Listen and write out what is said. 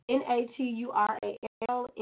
natural